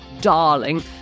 darling